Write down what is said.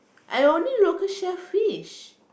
I only local shellfish